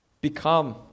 become